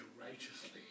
righteously